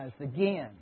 again